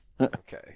Okay